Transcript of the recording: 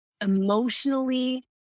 emotionally